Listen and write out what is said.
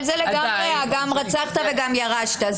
זה לגמרי גם רצחת וגם ירשת.